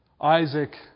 Isaac